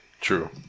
True